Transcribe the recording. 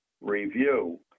review